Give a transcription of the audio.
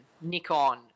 Nikon